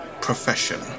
profession